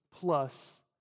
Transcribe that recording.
Plus